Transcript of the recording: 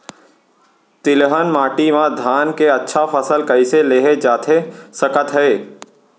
तिलहन माटी मा धान के अच्छा फसल कइसे लेहे जाथे सकत हे?